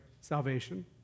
salvation